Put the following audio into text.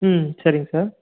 ம் சரிங் சார்